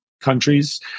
countries